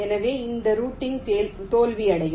எனவே இந்த ரூட்டிங் தோல்வியடையும்